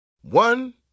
One